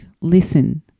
Listen